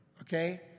okay